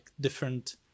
different